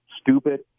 stupid